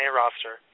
roster